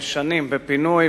ושנים היא עסקה שם בפינוי,